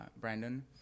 Brandon